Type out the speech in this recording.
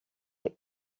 est